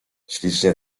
ślicznie